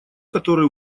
которые